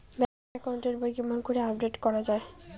Bank account এর বই কেমন করি আপডেট করা য়ায়?